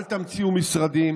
אל תמציאו משרדים